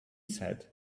said